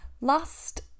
last